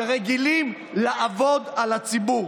שרגילים לעבוד על הציבור.